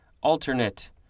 alternate